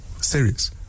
serious